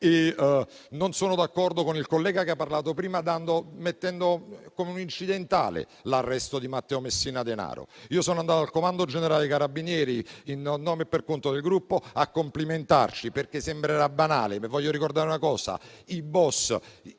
Non sono d'accordo con il collega che ha parlato prima, citando con un'incidentale l'arresto di Matteo Messina Denaro. Sono andato al comando generale dei Carabinieri, in nome e per conto del mio Gruppo, a complimentarmi. Sembrerà banale, ma voglio ricordare una cosa: i *boss*